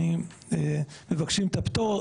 אנו מבקשים את הפטור.